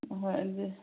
ꯑꯣ ꯍꯣꯏ ꯑꯗꯨꯗꯤ